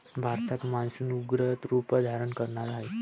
भारतात मान्सून उग्र रूप धारण करणार आहे